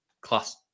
class